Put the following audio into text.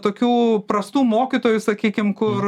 tokių prastų mokytojų sakykim kur